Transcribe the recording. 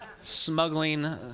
Smuggling